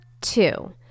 two